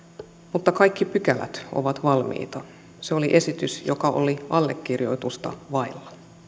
mutta kaikki pykälät ovat valmiita se oli esitys joka oli allekirjoitusta vailla